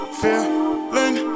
feeling